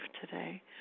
today